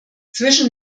zwischen